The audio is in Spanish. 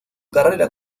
carrera